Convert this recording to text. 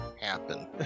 happen